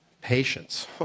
patience